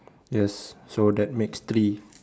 yes so that makes three